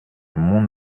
mont